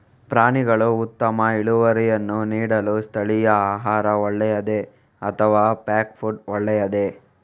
ಪ್ರಾಣಿಗಳು ಉತ್ತಮ ಇಳುವರಿಯನ್ನು ನೀಡಲು ಸ್ಥಳೀಯ ಆಹಾರ ಒಳ್ಳೆಯದೇ ಅಥವಾ ಪ್ಯಾಕ್ ಫುಡ್ ಒಳ್ಳೆಯದೇ?